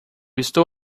estou